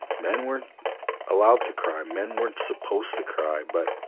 men weren't allowed to cry, men weren't supposed to cry but,